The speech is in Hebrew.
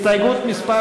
הסתייגות מס'